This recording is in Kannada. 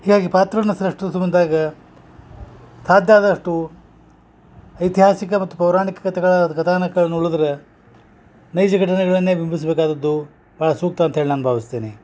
ಹೀಗಾಗಿ ಪಾತ್ರನ ಸೃಷ್ಟಿಸು ಬಂದಾಗ ಸಾಧ್ಯ ಆದಷ್ಟು ಐತಿಹಾಸಿಕ ಮತ್ತು ಪೌರಾಣಿಕ ಕತೆಗಳಾದ ಗದಾನಕವನ್ ಉಳದ್ರೆ ನೈಜ ಘಟನೆಗಳನ್ನೆ ಬಿಂಬಿಸಬೇಕಾದದ್ದು ಭಾಳ ಸೂಕ್ತ ಅಂತ್ಹೇಳಿ ನಾನು ಭಾವಿಸ್ತೇನೆ